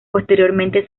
posteriormente